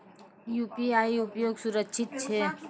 UPI उपयोग सुरक्षित छै?